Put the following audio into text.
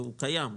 והוא קיים,